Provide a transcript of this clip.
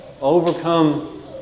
Overcome